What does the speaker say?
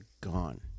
gone